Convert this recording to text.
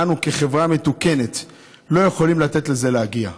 אנו כחברה מתוקנת לא יכולים לתת לזה להגיע.